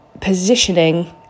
positioning